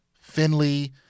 Finley